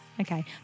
Okay